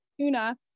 tuna